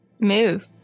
move